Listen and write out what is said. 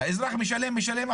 האזרח משלם ומשלם,